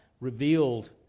revealed